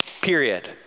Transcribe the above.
period